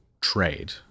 trade